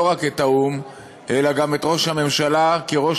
לא רק את האו"ם אלא גם את ראש הממשלה כראש